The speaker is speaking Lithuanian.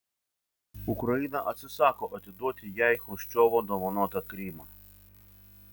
ukraina atsisako atiduoti jai chruščiovo dovanotą krymą